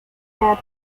that